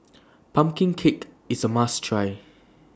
Pumpkin Cake IS A must Try